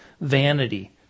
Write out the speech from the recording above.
vanity